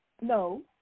no